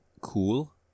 cool